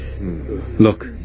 Look